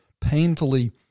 painfully